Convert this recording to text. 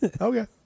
Okay